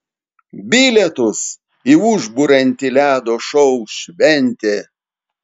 bilietus į užburiantį ledo šou šventė